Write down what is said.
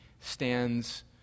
stands